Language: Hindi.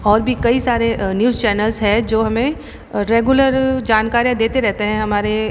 और भी कई सारे न्यूज़ चैनल्स हैं जो हमें रेगुलर जानकारियाँ देते रहते हैं हमारे